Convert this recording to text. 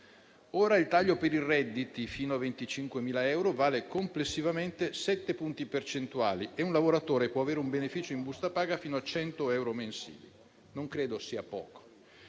Ora il taglio per i redditi fino a 25.000 euro vale complessivamente 7 punti percentuali e un lavoratore può avere un beneficio in busta paga fino a 100 euro mensili; non credo sia poco.